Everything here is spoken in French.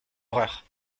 horreur